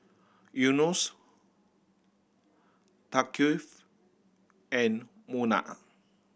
Yunos Thaqif and Munah